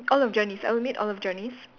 all of Johnny's I will meet all of Johnny's